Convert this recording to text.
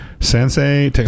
Sensei